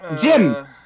Jim